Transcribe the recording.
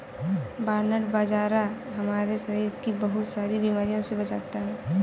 barnyard बाजरा हमारे शरीर को बहुत सारी बीमारियों से बचाता है